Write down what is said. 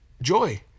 joy